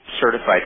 Certified